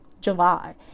July